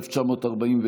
1941,